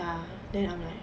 ya then I'm like